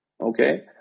okay